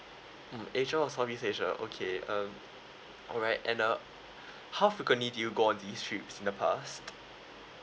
mm asia or south east asia okay uh alright and uh how frequently do you go on these trips in the past